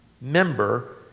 member